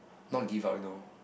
not give up you know